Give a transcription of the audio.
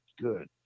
good